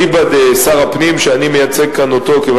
אליבא דשר הפנים שאני מייצג אותו כאן,